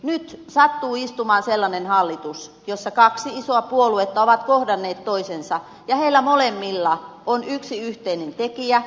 nyt sattuu istumaan sellainen hallitus jossa kaksi isoa puoluetta on kohdannut toisensa ja niillä molemmilla on yksi yhteinen tekijä